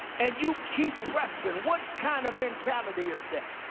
and you keep pressing. what kind of mentality is that?